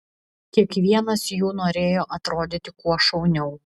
kiekvienas jų norėjo atrodyti kuo šauniau